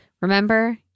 Remember